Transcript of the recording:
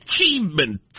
achievement